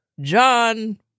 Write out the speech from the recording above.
John